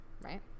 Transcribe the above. right